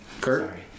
Kurt